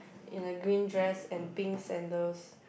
in a green dress and pink sandals